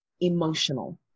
emotional